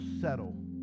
settle